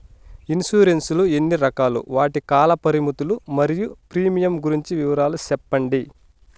Insurance లు ఎన్ని రకాలు? వాటి కాల పరిమితులు మరియు ప్రీమియం గురించి వివరాలు సెప్పండి?